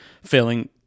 failing